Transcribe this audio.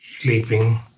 sleeping